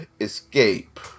escape